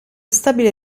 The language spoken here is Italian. stabile